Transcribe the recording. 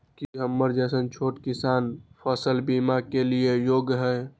की हमर जैसन छोटा किसान फसल बीमा के लिये योग्य हय?